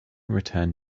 return